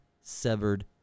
severed